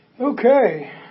Okay